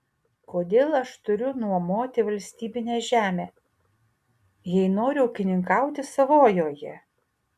kodėl aš turiu nuomoti valstybinę žemę jei noriu ūkininkauti savojoje